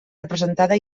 representada